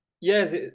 yes